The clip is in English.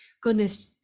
goodness